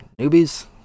newbies